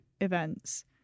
events